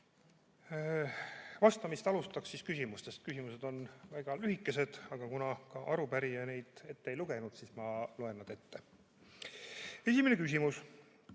Vastamist alustan küsimustest. Küsimused on väga lühikesed, aga kuna arupärija neid ette ei lugenud, siis ma loen need ette. Esimene küsimus: